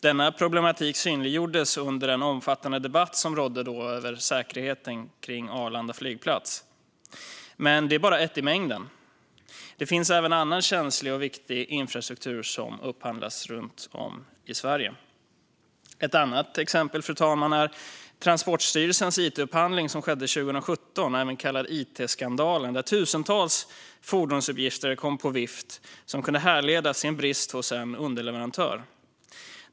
Denna problematik synliggjordes under den omfattande debatt som rådde om säkerheten kring Arlanda flygplats, men det är bara ett exempel i mängden. Det finns även annan känslig och viktig infrastruktur som upphandlas runt om i Sverige. Ett annat exempel, fru talman, är Transportstyrelsens it-upphandling som skedde 2017, även kallad it-skandalen, där tusentals fordonsuppgifter kom på vift. Detta kunde härledas till en brist hos en underleverantör.